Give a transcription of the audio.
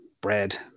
bread